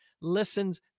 listens